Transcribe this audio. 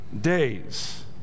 days